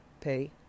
pay